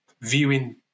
viewing